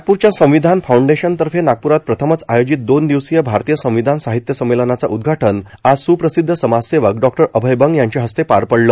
नागपूरच्या संविधान फाऊंडेशनतर्फे नागप्रात प्रथमच आयोजित दोन दिवसीय भारतीय संविधान साहित्य संमेलनाचं उद्घाटन आज सुप्रसिध्द समाजसेवक डॉ अभय बंग यांच्या हस्ते पार पडलं